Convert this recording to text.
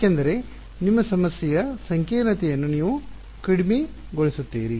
ಏಕೆಂದರೆ ನಿಮ್ಮ ಸಮಸ್ಯೆಯ ಸಂಕೀರ್ಣತೆಯನ್ನು ನೀವು ಕಡಿಮೆಗೊಳಿಸುತ್ತೀರಿ